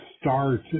start